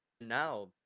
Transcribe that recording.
Now